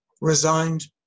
resigned